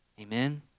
Amen